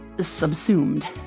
subsumed